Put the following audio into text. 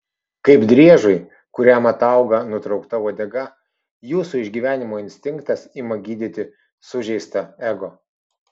kaip driežui kuriam atauga nutraukta uodega jūsų išgyvenimo instinktas ima gydyti sužeistą ego